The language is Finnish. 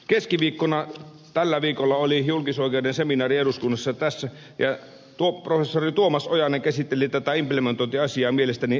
keskiviikkona tällä viikolla oli julkisoikeuden seminaari eduskunnassa ja professori tuomas ojanen käsitteli tätä implementointiasiaa mielestäni erinomaisesti